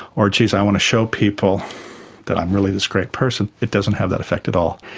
or geez i want to show people that i'm really this great person, it doesn't have that effect at all.